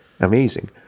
Amazing